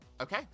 Okay